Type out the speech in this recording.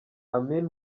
amin